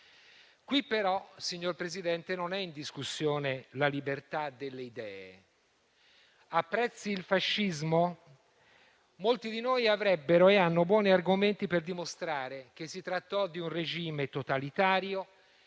però, signor Presidente, non è in discussione la libertà delle idee. Apprezzi il fascismo? Molti di noi avrebbero e hanno buoni argomenti per dimostrare che si trattò di un regime totalitario